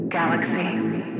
Galaxy